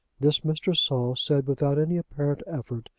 this mr. saul said without any apparent effort,